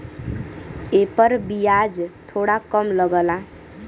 एपर बियाज थोड़ा कम लगला